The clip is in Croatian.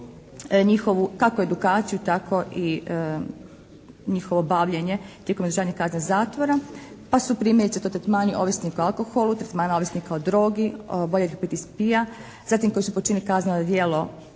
njihovu kako edukaciju tako i njihovo bavljenje tijekom izdržavanja kazne zatvora. Pa su primjerice to tretmani ovisnika o alkoholu, tretmani ovisnika o drogi, oboljelih od PTSP-a, zatim koji su počinili kazneno djelo